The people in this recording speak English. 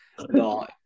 No